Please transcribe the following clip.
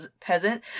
peasant